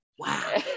Wow